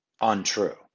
untrue